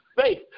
faith